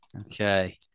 Okay